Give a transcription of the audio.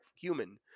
human